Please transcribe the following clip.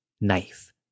knife